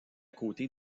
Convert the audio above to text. côté